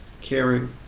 caring